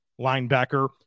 linebacker